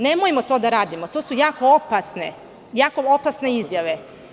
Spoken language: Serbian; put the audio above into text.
Nemojmo to da radimo, to su jako opasne izjave.